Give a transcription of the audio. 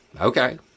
okay